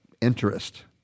interest